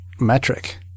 metric